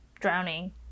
drowning